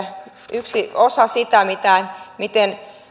yksi osa sitä miten